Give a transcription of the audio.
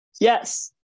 Yes